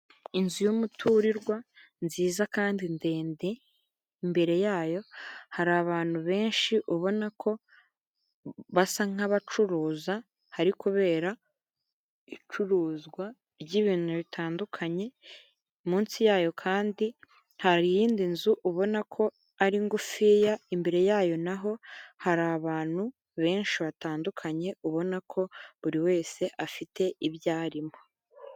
Inzu y'umuturirwa nziza kandi ndende imbere yayo hari abantu benshi ubona ko basa nk'abacuruza hari kubera icuruzwa ry'ibintu bitandukanye, munsi yayo kandi nta y'indi nzu ubona ko ari ngufiya, imbere yayo naho hari abantu benshi batandukanye ubona ko buri wese afite ibyo arimo.